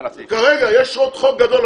כרגע יש עוד חוק גדול,